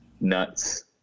nuts